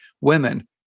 women